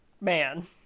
man